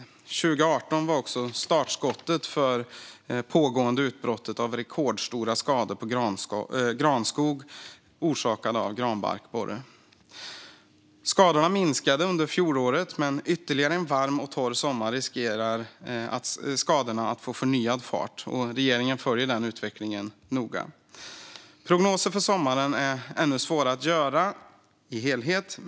År 2018 var också startskottet för det pågående utbrottet av rekordstora skador på granskog orsakade av granbarkborre. Skadorna minskade under fjolåret, men ytterligare en varm och torr sommar gör att skadorna riskerar att få förnyad fart. Regeringen följer utvecklingen noga. Prognoser för sommaren är ännu svåra att göra i sin helhet.